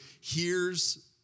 hears